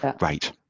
Right